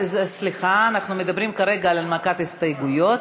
סליחה, אנחנו מדברים כרגע על הנמקת הסתייגויות.